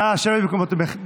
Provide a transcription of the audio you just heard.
נא לשבת במקומותיכם.